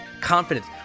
confidence